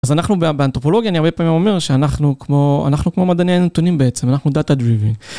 אז אנחנו באנתרופולוגיה, אני הרבה פעמים אומר שאנחנו כמו מדעני הנתונים בעצם, אנחנו data-driven.